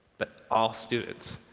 but all students,